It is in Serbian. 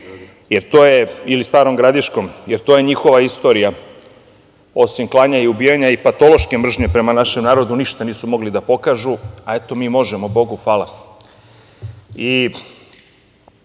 i sličnim, Starom Gradiškom, jer to je njihova istorija. Osim klanja i ubijanja i patološke mržnje prema našem narodu, ništa nisu mogli da pokažu, a eto, mi možemo, Bogu